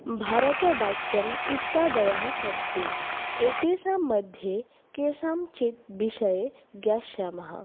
भरतवाक्यम् इत्यादयः सन्ति एतेषां मध्ये केषाञ्चित् विषये ज्ञास्यामः